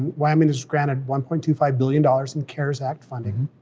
wyoming was granted one point two five billion dollars in cares act funding,